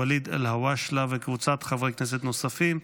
ואליד אלהואשלה וקבוצת חברי כנסת נוספים,